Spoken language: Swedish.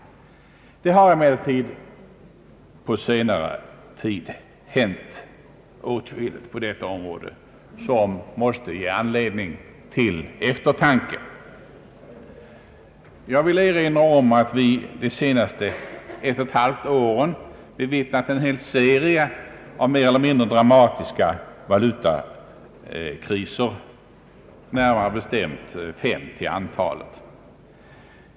Det har emellertid på senare tid hänt åtskilligt på detta område som måste ge anledning till eftertanke. Jag vill erinra om att vi under de senaste ett och ett halvt åren bevittnat en hel serie av mer eller mindre dramatiska valutakriser — närmare bestämt fem till antalet.